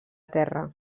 terra